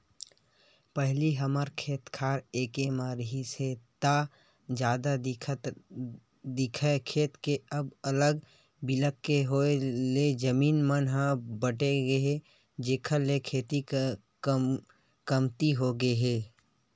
पहिली हमर खेत खार एके म रिहिस हे ता जादा दिखय खेत के अब अलग बिलग के होय ले जमीन मन ह बटगे हे जेखर ले खेती कमती होगे हे